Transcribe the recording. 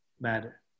matter